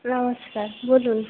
নমস্কার বলুন